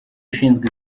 ushinzwe